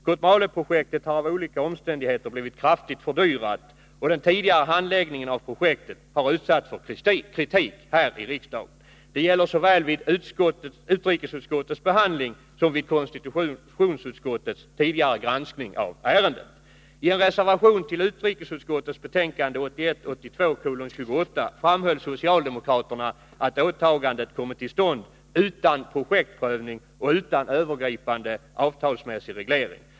Kotmaleprojektet har av olika omständigheter blivit kraftigt fördyrat och den tidigare handläggningen av projektet har utsatts för kritik här i riksdagen. Det gäller såväl vid utrikesutskottets behandling som vid konstitutionsutskottets granskning av ärendet. I en reservation till utrikesutskottets betänkande 1981/82:28 framhöll socialdemokraterna att åtagandet kommit till stånd utan projektprövning och utan övergripande avtalsmässig reglering.